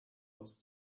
was